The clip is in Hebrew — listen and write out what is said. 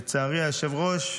לצערי, היושב-ראש,